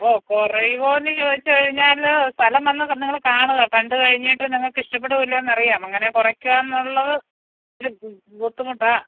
ഓ കുറയുമോയെന്നു ചോദിച്ചു കഴിഞ്ഞാൽ സ്ഥലം വന്ന് നിങ്ങൾ കാണുക കണ്ടു കഴിഞ്ഞിട്ട് നിങ്ങൾക്ക് ഇഷ്ടപ്പെടുമോ ഇല്ലയോ എന്നറിയാം അങ്ങനെ കുറക്കാമെന്നുള്ളത് ഒരു ബുദ്ധിമുട്ടാണ്